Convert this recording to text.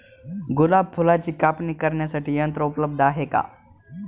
गुलाब फुलाची कापणी करण्यासाठी यंत्र उपलब्ध आहे का?